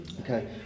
Okay